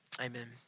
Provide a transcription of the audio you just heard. Amen